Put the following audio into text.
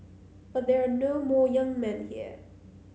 but there are no more young men here